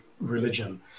religion